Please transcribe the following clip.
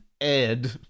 Ed